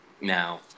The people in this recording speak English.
Now